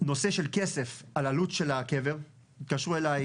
נושא של כסף על עלות של הקבר, התקשרו אליי.